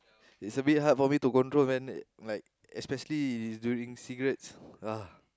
is a bit hard for me to control man like especially is doing cigarettes ah